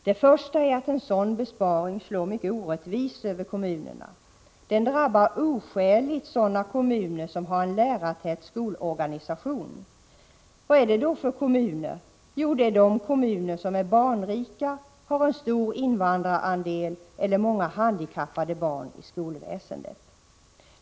Det första är att en sådan besparing slår mycket orättvist för kommunerna. Den drabbar oskäligt sådana kommuner som har en lärartät skolorganisation. Vad är det då för kommuner? Jo, det är de kommuner som är barnrika, har en stor invandrarandel eller har många handikappade barn i skolväsendet.